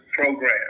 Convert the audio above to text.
program